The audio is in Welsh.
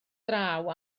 draw